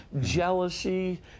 Jealousy